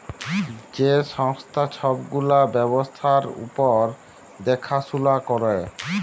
যে সংস্থা ছব গুলা ব্যবসার উপর দ্যাখাশুলা ক্যরে